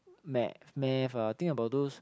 math math ah think about those